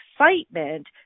excitement